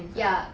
ya